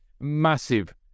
massive